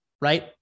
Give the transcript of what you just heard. Right